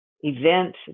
event